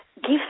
give